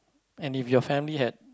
and if your family had